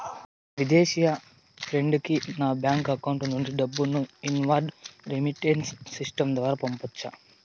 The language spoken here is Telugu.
విదేశీ ఫ్రెండ్ కి నా బ్యాంకు అకౌంట్ నుండి డబ్బును ఇన్వార్డ్ రెమిట్టెన్స్ సిస్టం ద్వారా పంపొచ్చా?